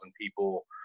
people